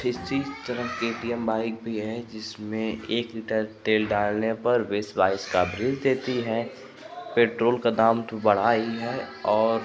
इसी तरह के टी एम बाइक़ भी है जिसमें एक लीटर तेल डालने पर बीस बाइस का एवरेज़ देती है पेट्रोल का दाम तो बढ़ा ही है और